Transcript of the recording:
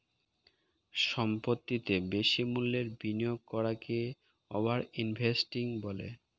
সম্পত্তিতে বেশি মূল্যের বিনিয়োগ করাকে ওভার ইনভেস্টিং বলে